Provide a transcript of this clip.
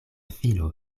filo